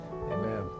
Amen